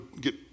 get